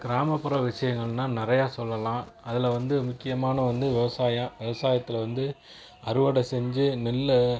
கிராமப்புற விஷயங்கள்னா நிறையா சொல்லெலாம் அதில்வந்து முக்கியமான வந்து விவசாயம் விவசாயத்தில் வந்து அறுவடை செஞ்சு நெல்லு